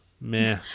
Meh